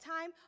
time